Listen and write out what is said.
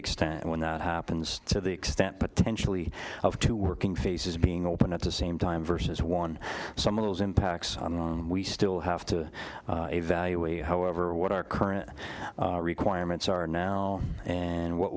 extent and when that happens to the extent potentially of two working faces being open at the same time versus one some of those impacts on long we still have to evaluate however what our current requirements are now and what